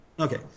Okay